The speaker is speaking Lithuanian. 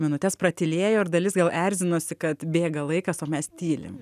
minutes pratylėjo ir dalis gal erzinosi kad bėga laikas o mes tylim